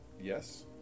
Yes